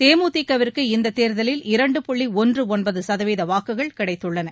தேமுதிகவிற்கு இந்தத் தேர்தலில் இரண்டு புள்ளி ஒன்று ஒன்பது சதவீத வாக்குகள் கிடைத்துள்ளன